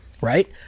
Right